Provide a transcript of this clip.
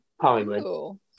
hollywood